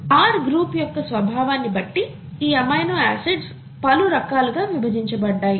R group యొక్క స్వభావాన్ని బట్టి ఈ ఎమినో ఆసిడ్స్ పలు రకాలు గా విభజించబడ్డాయి